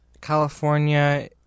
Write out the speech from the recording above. California